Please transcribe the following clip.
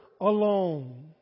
alone